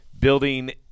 building